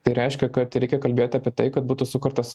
tai reiškia kad reikia kalbėt apie tai kad būtų sukurtas